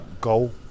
goal